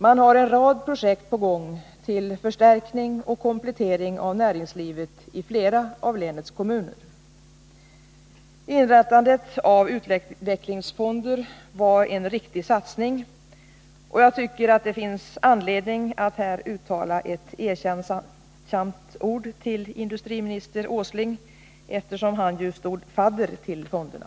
Man har en rad projekt på gång till förstärkning och komplettering av näringslivet i flera av länets kommuner. Inrättandet av utvecklingsfonder var en riktig satsning, och jag tycker det finns anledning att här uttala ett erkännsamt ord till industriminister Åsling, eftersom han ”stod fadder” till fonderna.